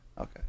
okay